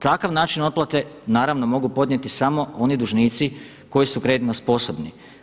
Takav način otplate naravno mogu podnijeti samo oni dužnici koji su kreditno sposobni.